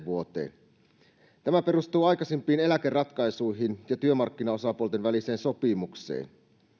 vuoteen tämä perustuu aikaisempiin eläkeratkaisuihin ja työmarkkinaosapuolten väliseen sopimukseen